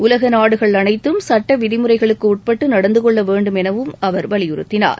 உலக நாடுகள் அனைத்தும் சட்ட விதிமுறைகளுக்கு உட்பட்டு நடந்து கொள்ள வேண்டும் எனவும் அவர் வலியுறுத்தினார்